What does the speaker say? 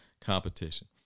competition